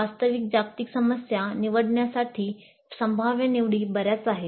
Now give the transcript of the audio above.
वास्तविक जागतिक समस्या निवडण्यासाठी संभाव्य निवडी बर्याच आहेत